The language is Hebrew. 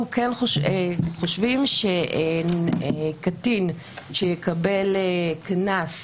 אנחנו כן חושבים שקטין שיקבל קנס,